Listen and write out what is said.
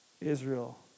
Israel